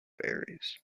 berries